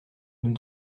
nous